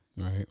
Right